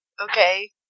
okay